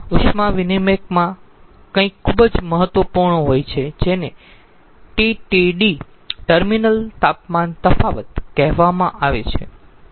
ઉષ્મા વિનીમયકમાં કંઈક ખૂબ જ મહત્વપૂર્ણ હોય છે જેને TTD ટર્મિનલ તાપમાન તફાવત કહેવામાં આવે છે